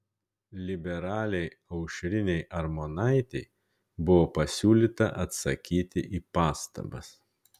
liberalei aušrinei armonaitei buvo pasiūlyta atsakyti į pastabas